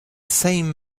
same